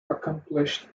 accomplished